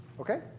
Okay